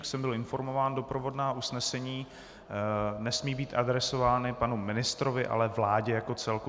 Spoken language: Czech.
Jak jsem byl informován, doprovodná usnesení nesmí být adresována panu ministrovi, ale vládě jako celku.